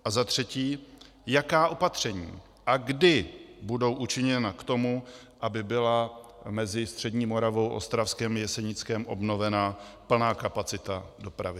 A za třetí, jaká opatření a kdy budou učiněna k tomu, aby byla mezi střední Moravou, Ostravskem, Jesenickem obnovena plná kapacita dopravy?